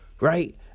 right